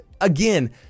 again